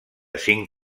cinc